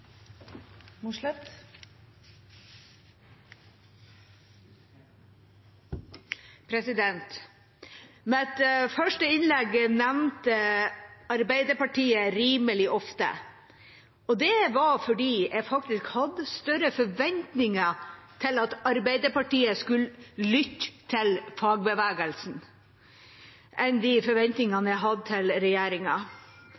nevnt mitt første innlegg rimelig ofte – og jeg hadde faktisk større forventninger til at Arbeiderpartiet skulle lytte til fagbevegelsen, enn